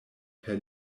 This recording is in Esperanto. per